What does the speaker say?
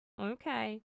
okay